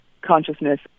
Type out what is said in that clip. consciousness